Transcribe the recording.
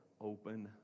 open